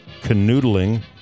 canoodling